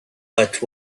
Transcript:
but